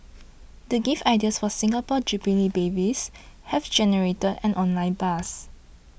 the gift ideas for Singapore Jubilee babies have generated an online buzz